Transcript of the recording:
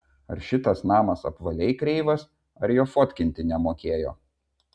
ar šitas namas apvaliai kreivas ar jo fotkinti nemokėjo